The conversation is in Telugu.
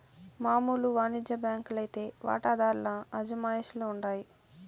మామూలు వానిజ్య బాంకీ లైతే వాటాదార్ల అజమాయిషీల ఉండాయి